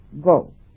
go